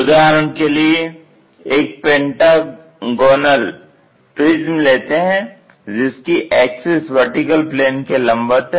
उदाहरण के लिए एक पेंटागॉनल प्रिज्म लेते हैं जिसकी एक्सिस VP के लंबवत है